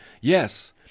Yes